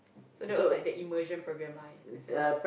so that was like the immersion programme lah this say